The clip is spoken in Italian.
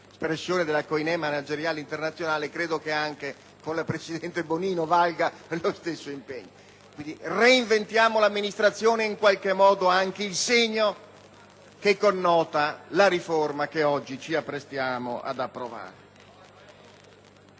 espressione della *koinè* manageriale internazionale e credo che anche con la presidente Bonino valga lo stesso impegno). Quindi «reinventiamo l'amministrazione» in qualche modo è anche il segno che connota la riforma che oggi ci apprestiamo ad approvare.